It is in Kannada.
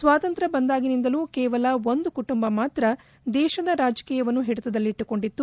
ಸ್ವಾತಂತ್ರ್ಯ ಬಂದಾಗಿನಿಂದಲೂ ಕೇವಲ ಒಂದು ಕುಟುಂಬ ಮಾತ್ರ ದೇಶದ ರಾಜಕೀಯವನ್ನು ಹಿಡಿತದಲ್ಲಿಟ್ಟುಕೊಂಡಿತ್ತು